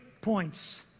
points